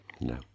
No